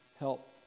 help